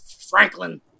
Franklin